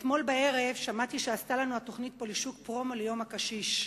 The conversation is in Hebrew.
אתמול בערב שמעתי שעשתה לנו התוכנית "פולישוק" פרומו ליום הקשיש.